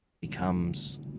becomes